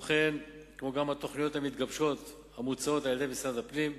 כמו גם התוכניות המתגבשות המוצעות על-ידי משרד הפנים.